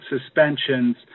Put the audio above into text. suspensions